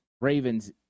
Ravens